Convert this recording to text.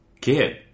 kid